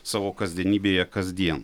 savo kasdienybėje kasdien